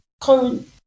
current